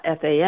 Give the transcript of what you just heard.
FAS